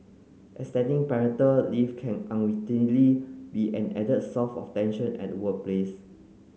extending parental leave can unwittingly be an added source of tension at the workplace